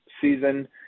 season